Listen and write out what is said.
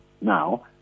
now